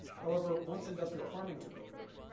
however, once industrial farming took over,